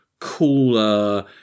cooler